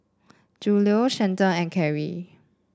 Julio Shelton and Carey